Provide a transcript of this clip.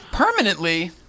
Permanently